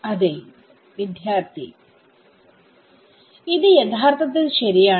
അതേ ഇത് യഥാർത്ഥത്തിൽ ശരിയാണ്